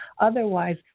Otherwise